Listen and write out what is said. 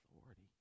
authority